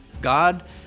God